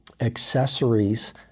accessories